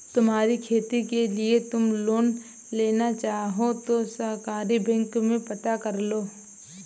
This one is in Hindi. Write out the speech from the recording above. तुम्हारी खेती के लिए तुम लोन लेना चाहो तो सहकारी बैंक में पता करलो